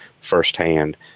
firsthand